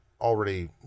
already